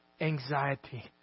anxiety